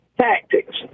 tactics